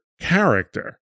character